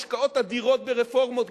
השקעות אדירות ברפורמות,